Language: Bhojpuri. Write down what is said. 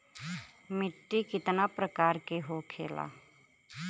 मिट्टी कितना प्रकार के होखेला?